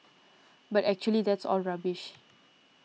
but actually that's all rubbish